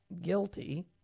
guilty